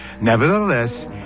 Nevertheless